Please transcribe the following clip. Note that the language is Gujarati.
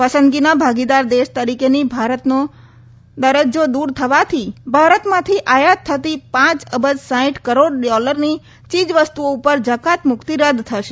પસંદગીના ભાગીદાર દેશ તરીકેની ભારતનો ભારતનો દરજજો દુર થવાથી ભારતમાંથી આયાત થતી પાંચ અબજ સાઈઠ કરોડ ડોલરની ચીજ વસ્તુઓ પર જકાત મુકતી રદ થશે